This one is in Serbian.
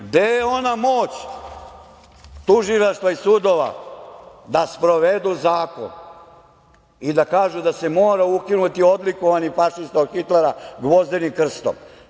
Gde je ona moć tužilaštva i sudova da sprovedu zakon i da kažu da se mora ukinuti odlikovani fašista od Hitlera gvozdenim krstom?